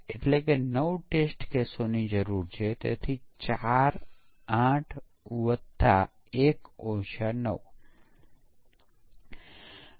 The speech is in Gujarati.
અને જેમ તમે કહેતા હોવ છો કે તેઓ ઇન્ટરફેસીંગ ભૂલોને કારણે કામ કરી શકશે નહીં અને આપણે પછીથી એકીકરણ યોજનાઓ અને તે વિશે ચર્ચા કરીશું એક સાથે કયા મોડ્યુલો એકીકૃત કરવા તે કોઈ કેવી રીતે નિર્ણય લેશે